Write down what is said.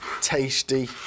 tasty